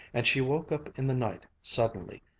and she woke up in the night suddenly,